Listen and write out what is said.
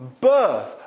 birth